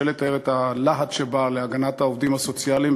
לתאר את הלהט שבה להגנת העובדים הסוציאליים,